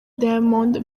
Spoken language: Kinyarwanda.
diamond